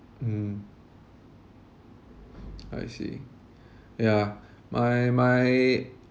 mm I see yeah my my